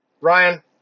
Ryan